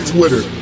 Twitter